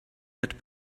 had